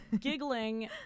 giggling